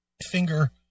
Finger